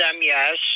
yes